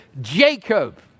Jacob